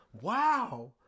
Wow